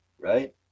right